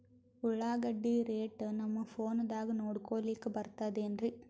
ಉಳ್ಳಾಗಡ್ಡಿ ರೇಟ್ ನಮ್ ಫೋನದಾಗ ನೋಡಕೊಲಿಕ ಬರತದೆನ್ರಿ?